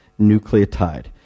nucleotide